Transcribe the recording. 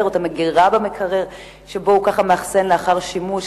או המגירה במקרר שבו הוא מאכסן אותן לאחר שימוש,